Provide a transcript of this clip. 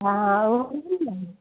हँ